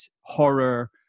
horror